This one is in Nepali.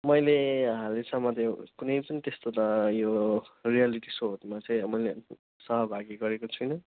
मैले हालैसम्म त यो कुनै पनि त्यस्तो त यो रियलिटी सोहरूमा चाहिँ मैले सहभागी गरेको छैन